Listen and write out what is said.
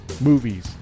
movies